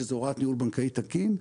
שזה הוראת ניהול בנקאי תקין,